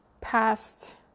past